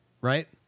Right